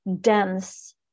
dense